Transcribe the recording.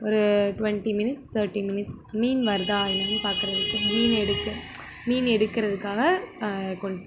ஒரு twenty minutes thirty minutes மீன் வருதா என்னென்னு பார்க்குறதுக்கு மீன் எடுக்க மீன் எடுக்குறதுக்காக